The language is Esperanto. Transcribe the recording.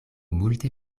multe